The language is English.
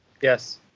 Yes